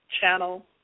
channel